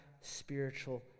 spiritual